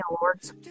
Lords